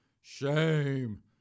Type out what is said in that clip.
shame